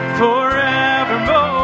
forevermore